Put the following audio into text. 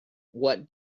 what